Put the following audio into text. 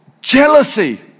jealousy